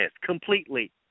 completely